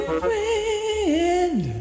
friend